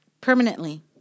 permanently